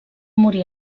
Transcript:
morir